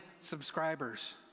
subscribers